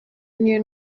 niyo